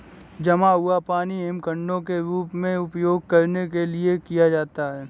जमा हुआ पानी हिमखंडों के रूप में उपयोग करने के लिए किया जाता है